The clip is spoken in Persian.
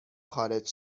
خارج